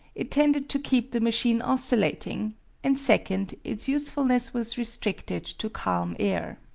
it tended to keep the machine oscillating and second, its usefulness was restricted to calm air.